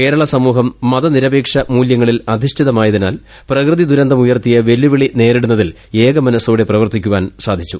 കേരള സമൂഹം മതനിരപേക്ഷ മൂലൃങ്ങളിലധിഷ്ഠിതമായതിനാൽ പ്രകൃതി ദുരന്തമുയർത്തിയ വെല്ലുവിളി നേരിടുന്നതിൽ ഏകമനസ്സോടെ പ്രവർത്തിക്കുവാൻ സാധിച്ചു